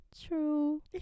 true